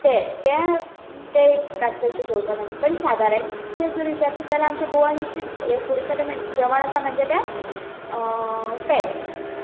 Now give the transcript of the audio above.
ते तें ते एक रातचें अशें जेवतात पण सादारणचें जर विचारशी जाल्यार आमचे गोवन फूड आसा तें म्हणचें जेवण आसा म्हणजे तें पेज